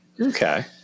Okay